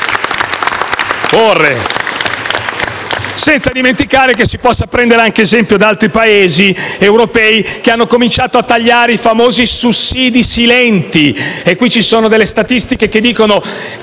Senza dimenticare che si può prendere anche esempio da altri Paesi europei che hanno cominciato a tagliare i famosi sussidi silenti.